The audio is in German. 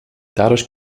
dadurch